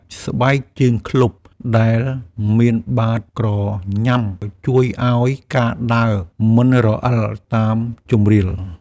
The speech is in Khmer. ស្បែកជើងឃ្លុបដែលមានបាតក្រញ៉ាំជួយឱ្យការដើរមិនរអិលតាមជម្រាល។